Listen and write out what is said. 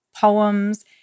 poems